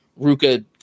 Ruka